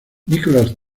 nicholas